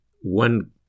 one